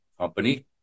company